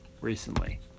recently